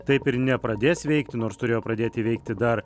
taip ir nepradės veikti nors turėjo pradėti veikti dar